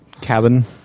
Cabin